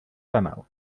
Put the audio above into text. renal